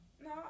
no